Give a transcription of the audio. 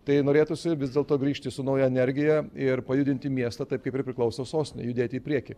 tai norėtųsi vis dėlto grįžti su nauja energija ir pajudinti miestą taip kaip ir priklauso sostinei judėti į priekį